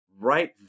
Right